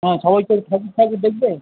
হ্যাঁ সবাই তো ঠাকুর টাকুর দেখবে